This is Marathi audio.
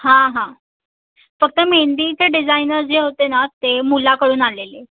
हां हां फक्त मेंदीचे डिजायनर जे होते ना ते मुलाकडून आलेले